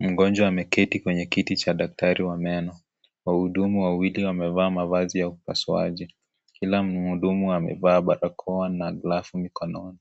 Mgonjwa ameketi kwenye kiti cha daktari wa meno, wahudumu wawili wamevaa mavazi ya upasuaji, kila mhudumu amevaa barakoa na glavu mikononi,